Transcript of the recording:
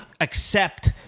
accept